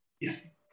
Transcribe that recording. Yes